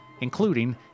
including